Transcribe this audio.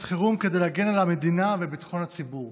חירום כדי להגן על המדינה ועל ביטחון הציבור.